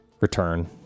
return